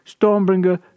Stormbringer